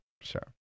sure